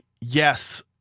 Yes